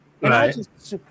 Right